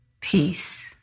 peace